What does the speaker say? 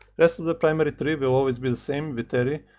rest of the primary tree will always be the same with aery,